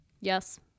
yes